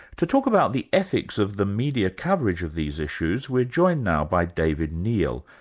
to talk about the ethics of the media coverage of these issues, we're joined now by david neil,